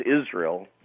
Israel